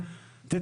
אני